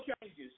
changes